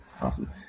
awesome